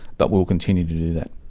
but we'll continue to do that.